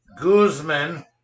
Guzman